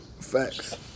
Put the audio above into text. facts